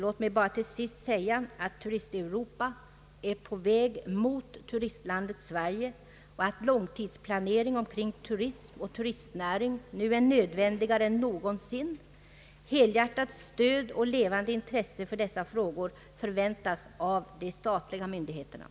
Låt mig bara till sist säga alt Turisteuropa är på väg mot turistlandet Sverige och att långtidsplanering omkring turism och turistnäring nu är nödvändigare än någonsin. Vi förväntar av de statliga myndigheterna helhjärtat stöd åt och levande intresse för dessa frågor.